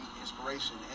inspiration